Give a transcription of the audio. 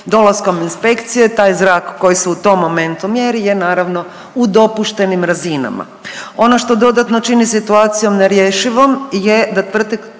dolaskom inspekcije taj zrak koji se u tom momentu mjeri je naravno u dopuštenim razinama. Ono što dodatno čini situacijom nerješivom je da tvrtke